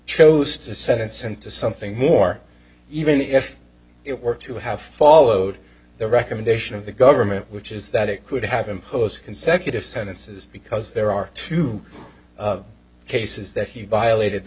chose to sentence him to something more even if it were to have followed the recommendation of the government which is that it could have imposed consecutive sentences because there are two cases that he violated the